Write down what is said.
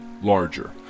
Larger